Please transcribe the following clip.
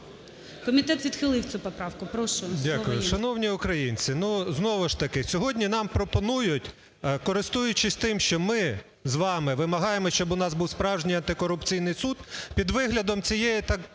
Комітет відхилив цю поправку.